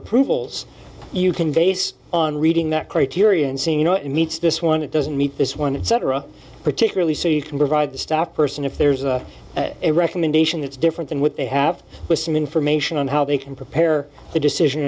approvals you can based on reading that criterion seem you know it meets this one it doesn't meet this one and cetera particularly so you can provide the staff person if there's a recommendation that's different than what they have some information on how they can prepare the decision